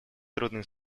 трудных